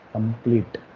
Complete